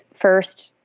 first